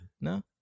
No